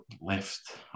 left